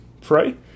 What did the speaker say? pray